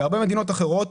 בהרבה מדינות אחרות,